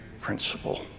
principle